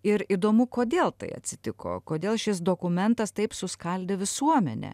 ir įdomu kodėl tai atsitiko kodėl šis dokumentas taip suskaldė visuomenę